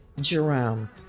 Jerome